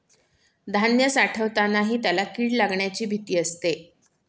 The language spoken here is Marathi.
धान्य साठवतानाही त्याला किडे लागण्याची भीती असते